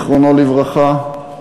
זיכרונו לברכה,